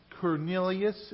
Cornelius